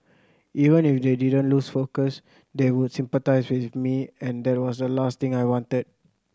even if they didn't lose focus they would sympathise with me and that was the last thing I wanted